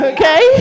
Okay